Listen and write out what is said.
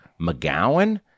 McGowan